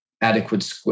adequate